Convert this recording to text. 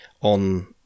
on